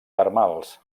termals